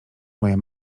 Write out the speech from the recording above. moja